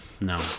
No